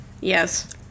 Yes